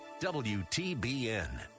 WTBN